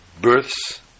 births